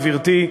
גברתי,